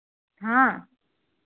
हाँ